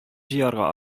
җыярга